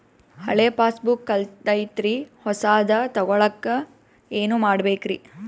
ಹಳೆ ಪಾಸ್ಬುಕ್ ಕಲ್ದೈತ್ರಿ ಹೊಸದ ತಗೊಳಕ್ ಏನ್ ಮಾಡ್ಬೇಕರಿ?